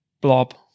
blob